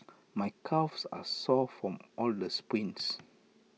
my calves are sore from all the sprints